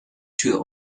tür